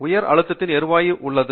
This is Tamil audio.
உயர் அழுத்தத்தில் எரிவாயு உள்ளே உள்ளது